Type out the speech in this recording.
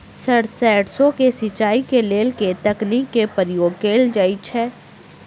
Sir सैरसो केँ सिचाई केँ लेल केँ तकनीक केँ प्रयोग कैल जाएँ छैय?